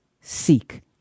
Seek